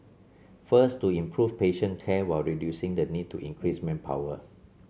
first to improve patient care while reducing the need to increase manpower